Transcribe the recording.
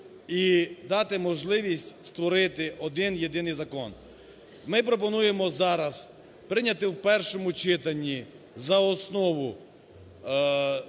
і дати можливість створити один-єдиний закон. Ми пропонуємо зараз прийняти у першому читанні за основу